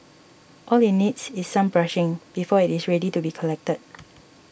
all it needs is some brushing before it is ready to be collected